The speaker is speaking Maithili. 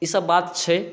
ईसब बात छै